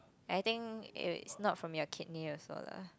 I think eh wait not from your kidney also lah